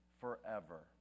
forever